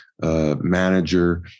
manager